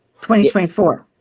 2024